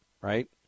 right